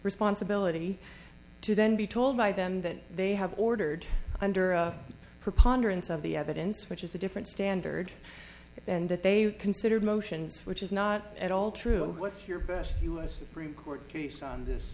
responsibility to then be told by them that they have ordered under a preponderance of the evidence which is a different standard than that they would consider motions which is not at all true what's your best us supreme court case on this